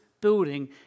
building